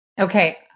Okay